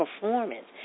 performance